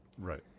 right